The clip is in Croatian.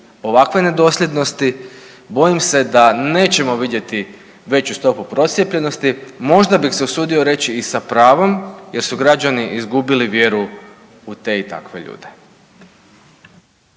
ovakve nedosljednosti, bojim se da nećemo vidjeti veću stopu procijepljenosti, možda bih se usudio reći i sa pravom jer su građani izgubili vjeru u te i takve ljude.